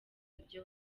ibyo